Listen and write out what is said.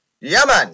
Yemen